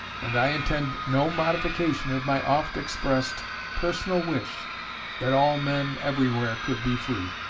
and i intend no modification of my oft-expressed personal wish that all men everywhere could be free.